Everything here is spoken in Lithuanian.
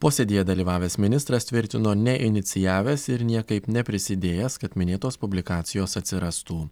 posėdyje dalyvavęs ministras tvirtino neinicijavęs ir niekaip neprisidėjęs kad minėtos publikacijos atsirastų